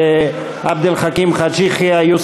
עבד אל חכים חאג' יחיא,